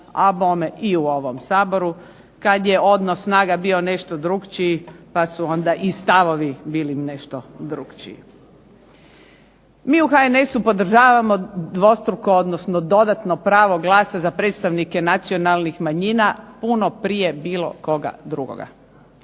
i u ovom Saboru kad je odnos snaga bio nešto drukčiji pa su onda i stavovi bili nešto drukčiji. Mi u HNS-u podržavamo dvostruko odnosno dodatno pravo glasa za predstavnike nacionalnih manjina puno prije bilo koga drugoga.